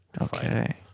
Okay